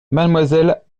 mademoiselle